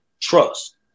trust